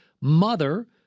mother